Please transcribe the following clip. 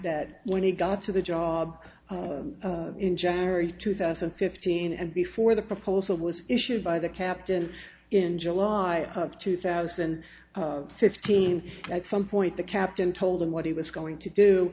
that when he got to the job in january two thousand and fifteen and before the proposal was issued by the captain in july of two thousand and fifteen at some point the captain told him what he was going to do